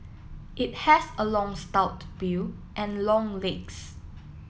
it has a long stout bill and long legs